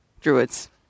Druids